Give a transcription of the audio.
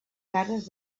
cares